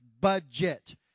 Budget